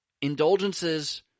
indulgences